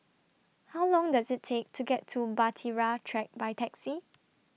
How Long Does IT Take to get to Bahtera Track By Taxi